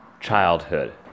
childhood